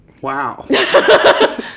wow